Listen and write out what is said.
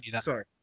Sorry